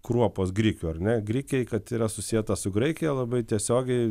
kruopos grikių ar ne grikiai kad yra susieta su graikija labai tiesiogiai